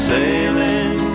Sailing